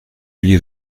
gli